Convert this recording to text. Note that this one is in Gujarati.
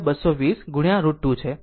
મહત્તમ મૂલ્ય 220 √2 છે